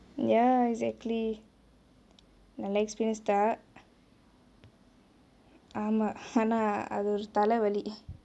ya exactly நல்ல:nalla experience தா ஆமா ஆனா அது ஒரு தலே வலி:thaa aama aana athu oru thalae vali